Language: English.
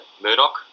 Murdoch